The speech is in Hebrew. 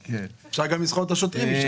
אפשר גם לשכור את השוטרים.